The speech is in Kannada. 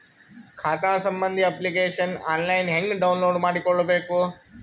ಖಾತಾ ಸಂಬಂಧಿ ಅಪ್ಲಿಕೇಶನ್ ಆನ್ಲೈನ್ ಹೆಂಗ್ ಡೌನ್ಲೋಡ್ ಮಾಡಿಕೊಳ್ಳಬೇಕು?